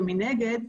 ומנגד,